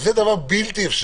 זה דבר בלתי-אפשרי.